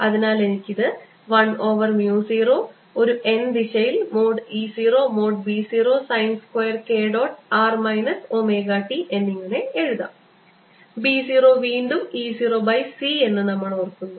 അതിനാൽ എനിക്ക് ഇത് 1 ഓവർ mu 0 ഒരു n ദിശയിൽ mod E 0 mod B 0 sine square k dot r minus omega t എന്നിങ്ങനെ എഴുതാം B 0 വീണ്ടും E 0 by c എന്ന് നമ്മൾ ഓർക്കുന്നു